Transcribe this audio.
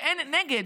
ואין נגד.